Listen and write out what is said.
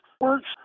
works